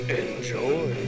enjoy